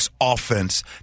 offense